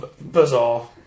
bizarre